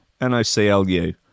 N-O-C-L-U